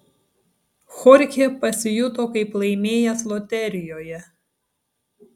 chorchė pasijuto kaip laimėjęs loterijoje